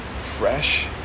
fresh